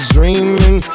Dreaming